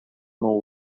more